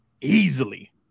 easily